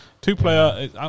two-player